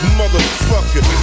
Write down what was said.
motherfucker